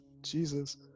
Jesus